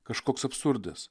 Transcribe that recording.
kažkoks absurdas